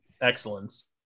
excellence